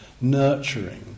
nurturing